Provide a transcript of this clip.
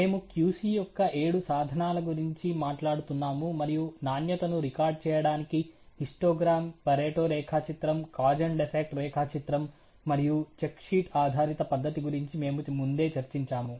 మేము QC యొక్క ఏడు సాధనాల గురించి మాట్లాడుతున్నాము మరియు నాణ్యతను రికార్డ్ చేయడానికి హిస్టోగ్రామ్ పరేటో రేఖాచిత్రం కాజ్ అండ్ ఎఫెక్ట్ రేఖాచిత్రం మరియు చెక్ షీట్ ఆధారిత పద్దతి గురించి మేము ముందే చర్చించాము